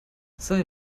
sei